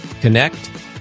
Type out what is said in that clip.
Connect